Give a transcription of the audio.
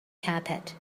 carpet